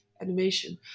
animation